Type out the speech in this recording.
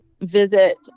visit